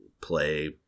play